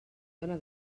dóna